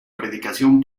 predicación